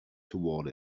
toward